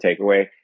takeaway